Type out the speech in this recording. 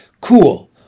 Cool